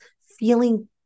feeling